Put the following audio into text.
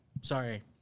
Sorry